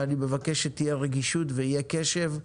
ואני מבקש שתהיה רגישות ויהיה קשב,